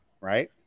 right